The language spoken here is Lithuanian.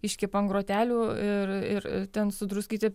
iškepa grotelių ir ir ten su druskyte